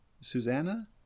Susanna